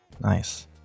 Nice